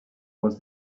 was